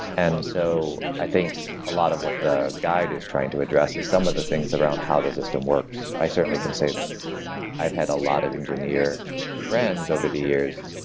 and so i think a lot of what the guide is trying to address is some of the things around how the system works. i certainly can say that i've had a lot of engineer friend over the years,